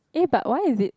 eh but why is it